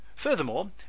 Furthermore